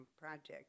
project